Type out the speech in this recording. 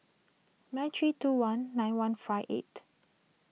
nine three two one nine one five eight